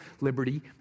liberty